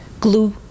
glue